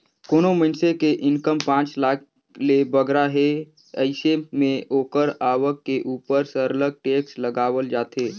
कोनो मइनसे के इनकम पांच लाख ले बगरा हे अइसे में ओकर आवक के उपर सरलग टेक्स लगावल जाथे